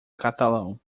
catalão